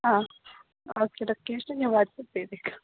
ആ okay location ഞാൻ WhatsApp ചെയ്തേക്കാം